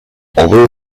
although